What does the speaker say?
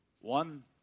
One